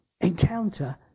encounter